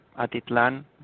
Atitlan